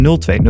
020